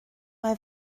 mae